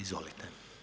Izvolite.